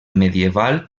medieval